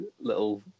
little